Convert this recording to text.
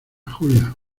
julia